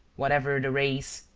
whatever the race,